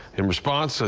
in response, so